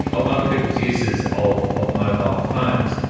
of other people's uses of of mobile phones,